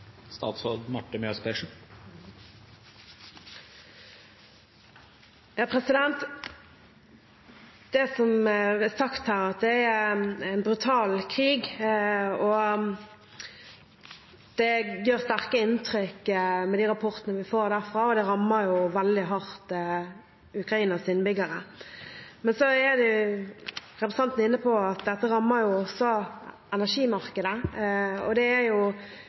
det ble sagt, en brutal krig, og de rapportene vi får derfra, gjør sterkt inntrykk. Det rammer Ukrainas innbyggere veldig hardt. Så er representanten inne på at dette også rammer energimarkedet. Det er til dels også en villet politikk, nettopp fordi sanksjonene som vi er blitt enige om, også rammer energimarkedet som sådant. Når det